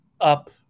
up